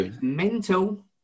mental